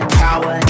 power